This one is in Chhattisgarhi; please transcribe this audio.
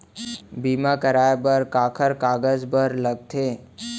बीमा कराय बर काखर कागज बर लगथे?